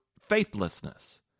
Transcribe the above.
faithlessness